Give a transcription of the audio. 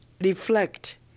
reflect